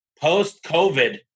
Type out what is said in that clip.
post-COVID